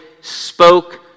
spoke